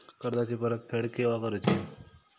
कर्जाची परत फेड केव्हा करुची?